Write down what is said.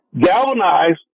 galvanized